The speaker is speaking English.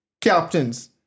captains